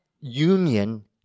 union